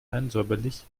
feinsäuberlich